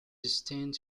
sustained